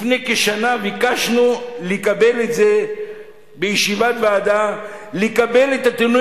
לפני כשנה ביקשנו בישיבת ועדה לקבל נתונים